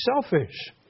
selfish